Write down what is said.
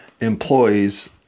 employees